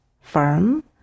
firm